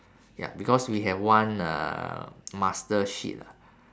ya because we have one uh master sheet lah